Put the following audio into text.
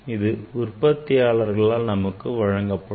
இது உற்பத்தியாளர்களால் நமக்கு வழங்கப்படும்